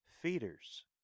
Feeders